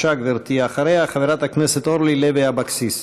אחריה, חברת הכנסת אורלי לוי אבקסיס.